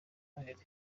noheli